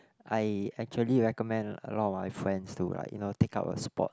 I actually recommend a lot of my friends to like you know take up a sport